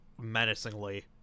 menacingly